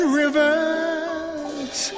rivers